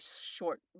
short